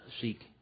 seek